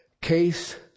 case